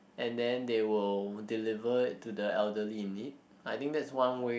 and then they will deliver it to the elderly in need I think that's one way